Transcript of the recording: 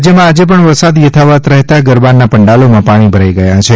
રાજયમાં આજે પણ વરસાદ યથાવત રહેતા ગરબાના પંડાલોમાં પાણી ભરાઇ ગયા છે